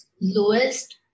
lowest